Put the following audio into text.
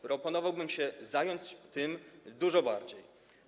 Proponowałbym się zająć tym dużo bardziej.